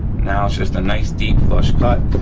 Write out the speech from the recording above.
now, it's just a nice, deep, flush cut.